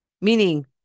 meaning